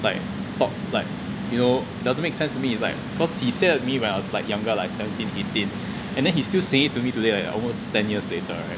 like talk like you know doesn't make sense to me it's like cause he said it to me when I was like younger like seventeen eighteen and then he's still saying it to me today like almost ten years later right